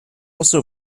also